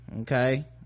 okay